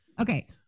Okay